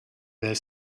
their